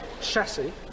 chassis